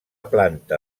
planta